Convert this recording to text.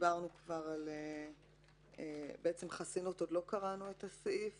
על חסינות עוד לא קראנו סעיף